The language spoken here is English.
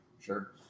sure